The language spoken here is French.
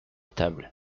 table